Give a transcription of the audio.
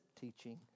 teaching